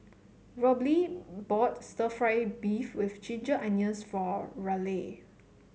Robley bought stir fry beef with Ginger Onions for Raleigh